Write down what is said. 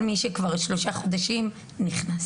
כל מי שנמצא כאן כבר שלושה חודשים, נכנס.